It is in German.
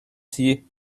sie